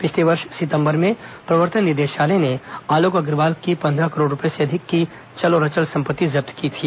पिछले वर्ष सितंबर में प्रवर्तन निदेशालय ने आलोक अग्रवाल की पंद्रह करोड़ रूपये से अधिक की चल और अचल संपत्ति जब्त की थी